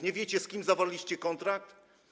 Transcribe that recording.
Nie wiecie, z kim zawarliście kontrakt?